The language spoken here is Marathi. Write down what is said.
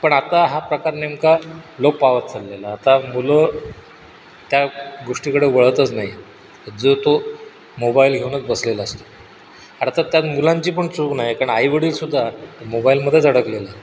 पण आत्ता हा प्रकार नेमका लोप पावत चाललेला आता मुलं त्या गोष्टीकडं वळतच नाहीत जो तो मोबाईल घेऊनच बसलेला असतो अर्थात त्यात मुलांची पण चूक नाही कारण आईवडील सुद्धा मोबाईलमध्येच अडकलेले आहेत